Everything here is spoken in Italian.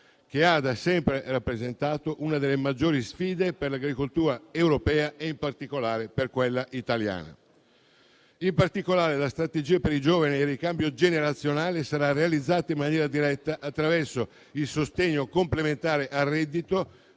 che ha da sempre rappresentato una delle maggiori sfide per l'agricoltura europea, in particolare per quella italiana. In particolare, la strategia per i giovani e il ricambio generazionale saranno realizzati in maniera diretta attraverso il sostegno complementare al reddito